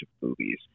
movies